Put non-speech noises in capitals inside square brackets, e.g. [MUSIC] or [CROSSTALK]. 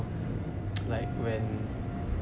[NOISE] like when